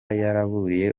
yaburiye